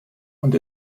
und